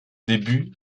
début